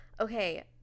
Okay